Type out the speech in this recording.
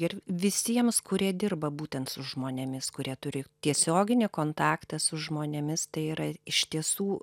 ir visiems kurie dirba būtent su žmonėmis kurie turi tiesioginį kontaktą su žmonėmis tai yra iš tiesų